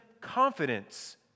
confidence